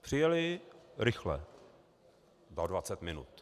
Přijeli rychle za dvacet minut.